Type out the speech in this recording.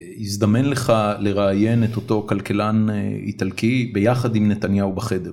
הזדמן לך לראיין את אותו כלכלן איטלקי ביחד עם נתניהו בחדר.